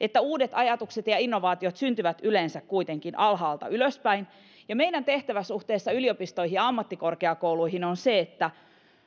että uudet ajatukset ja ja innovaatiot syntyvät yleensä kuitenkin alhaalta ylöspäin ja meidän tehtävämme suhteessa yliopistoihin ja ammattikorkeakouluihin on se että